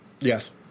Yes